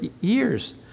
years